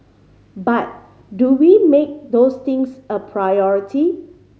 but do we make those things a priority